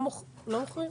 לא מוכרים?